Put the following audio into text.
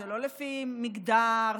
זה לא לפי מגדר,